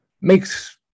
makes